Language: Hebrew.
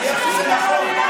הוא קרא לי "נאצי".